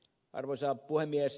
arvoisa puhemies